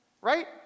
Right